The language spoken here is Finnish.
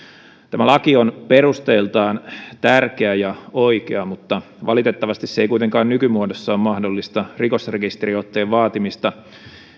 tämä laki on perusteeltaan tärkeä ja oikea mutta valitettavasti se ei kuitenkaan nykymuodossaan mahdollista rikosrekisteriotteen vaatimista